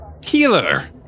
healer